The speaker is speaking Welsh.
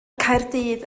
caerdydd